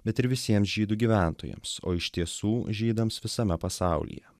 bet ir visiems žydų gyventojams o iš tiesų žydams visame pasaulyje